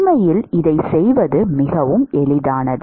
உண்மையில் இதைச் செய்வது மிகவும் எளிதானது